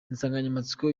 insanganyamatsiko